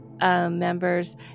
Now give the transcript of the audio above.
members